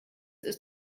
ist